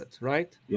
right